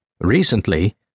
Recently